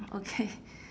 okay